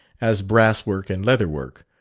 as brasswork and leatherwork,